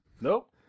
Nope